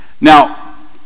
Now